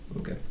Okay